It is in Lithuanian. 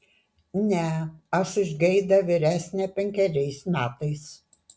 ne aš už geidą vyresnė penkeriais metais